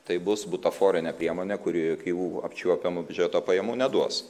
tai bus butaforinė priemonė kuri jokių apčiuopiamų biudžeto pajamų neduos